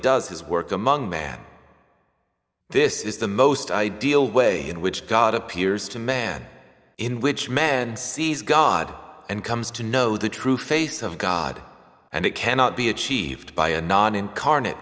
does his work among man this is the most ideal way in which god appears to man in which man sees god and comes to know the true face of god and it cannot be achieved by a non incarnate